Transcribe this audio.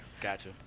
gotcha